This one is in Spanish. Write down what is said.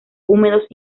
húmedos